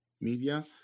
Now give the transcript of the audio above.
media